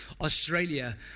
Australia